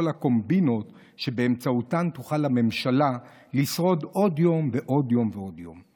הקומבינות שבאמצעותן תוכל הממשלה לשרוד עוד יום ועוד יום ועוד יום.